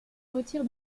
retire